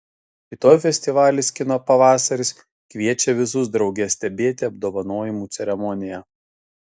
rytoj festivalis kino pavasaris kviečia visus drauge stebėti apdovanojimų ceremoniją